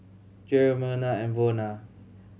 Jerrel Merna and Zona